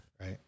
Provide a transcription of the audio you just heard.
Right